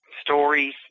stories